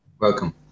Welcome